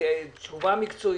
תשובה מקצועית,